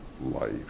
life